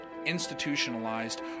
institutionalized